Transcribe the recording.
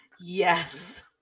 Yes